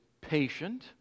patient